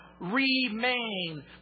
Remain